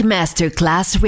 Masterclass